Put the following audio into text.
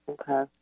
Okay